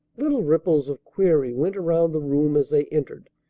little ripples of query went around the room as they entered,